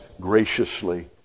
graciously